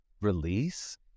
release